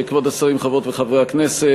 (הצעת מועמדים לכהונת נשיא המדינה), של חברי הכנסת